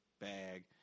Bag